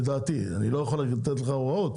לדעתי, אני לא יכול לתת לך הוראות,